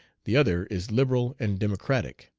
the other is liberal and democratic.